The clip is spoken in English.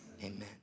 amen